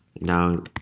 Now